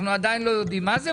אנחנו עדיין לא יודעים מה זה,